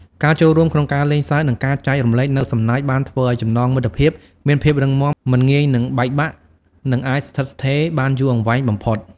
ការចូលរួមក្នុងការលេងសើចនិងការចែករំលែកនូវសំណើចបានធ្វើឱ្យចំណងមិត្តភាពមានភាពរឹងមាំ មិនងាយនឹងបែកបាក់ និងអាចស្ថិតស្ថេរបានយូរអង្វែងបំផុត។